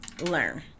Learn